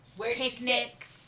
picnics